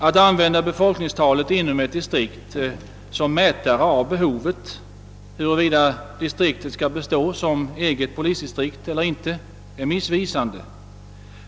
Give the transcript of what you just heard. "Att använda befolkningstalet inom ett distrikt som mätare av behovet, huruvida distriktet skall bestå som eget polisdistrikt eller inte, är missvisande.